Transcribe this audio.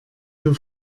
wir